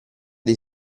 dei